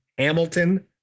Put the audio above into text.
Hamilton